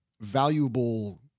valuable